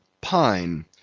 pine